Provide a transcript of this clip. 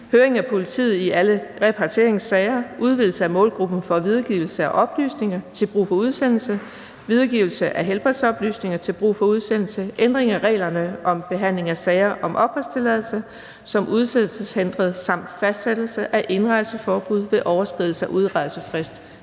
høring af politiet i alle repatrieringssager, udvidelse af målgruppen for videregivelse af oplysninger til brug for udsendelse, videregivelse af helbredsoplysninger til brug for udsendelse, ændring af reglerne om behandling af sager om opholdstilladelse som udsendelseshindret samt fastsættelse af indrejseforbud ved overskridelse af en udrejsefrist